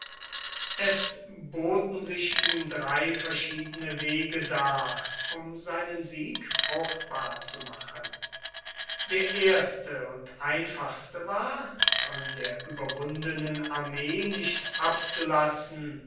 es boten sich ihm drei verschiedene wege dar um seinen sieg fruchtbar zu machen der erste und einfachste war von der überwundenen armee nicht abzulassen